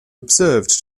observed